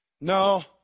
No